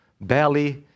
belly